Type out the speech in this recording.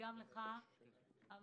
גם לך המנכ"ל